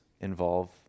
involve